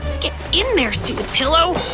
get in there, stupid pillow!